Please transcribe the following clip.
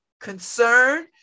concern